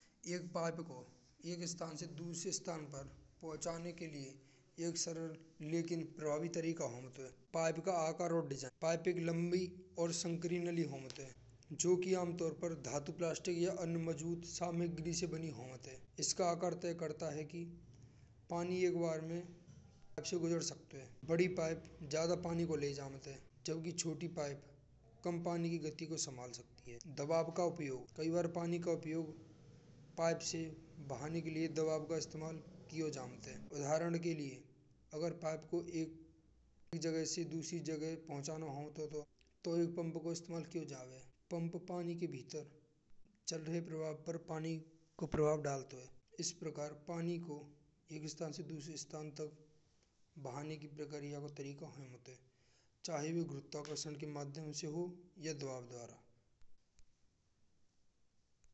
एक पाइप को एक स्थान से दूर से स्थान पर पहुँचाने के लिए एक सरल लेकिन प्रभावित तरीका होमत है। पाइप का रोड पाइप लंबी और संकरी नाली घूमते हैं। जो कि प्लास्टिक पर धातु या अन्य मौजुद सामग्री से बनी होमत है। इसका आकार तय करता है कि पानी एक बार में अच्छे गुसकते हैं। बड़ी पाइप ज़्यादा पानी को ले जात है। क्योंकि छोटी पाइप कंपनी की गति को संभाल सकती है। तब आपका उपाय कई बार पानी का उपयोग पाइप से बहाने के लिए दवा का इस्तेमाल किया जाता है। उदाहरण के लिए अगर पाप को एक जगह से दूसरी जगह पहुँचाना हो तो पंप को इस्तेमाल क्योँ जावें। पंप पानी के भीतर चल रहे प्रभाव पर पानी को प्रभाव डालतो है। इस प्रकार पानी को एक स्थान से दूसरे स्थान तक बहाने की प्रक्रिया को तरीका होत है। चाहे वे गुरुत्वाकर्षण के माध्यम से हो या दबाव द्वारा।